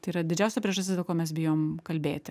tai yra didžiausia priežastis dėl ko mes bijom kalbėti